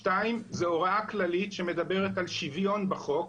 שתיים, זו הוראה כללית שמדברת על שוויון בחוק,